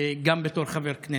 וגם בתור חבר הכנסת,